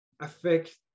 affect